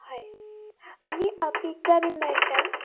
हय आनी पिज्जा बीन मेळटा